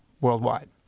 worldwide